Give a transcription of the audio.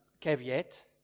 caveat